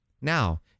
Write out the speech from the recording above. now